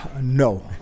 No